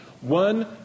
one